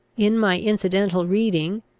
in my incidental reading,